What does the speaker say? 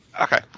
Okay